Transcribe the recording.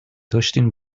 داشتین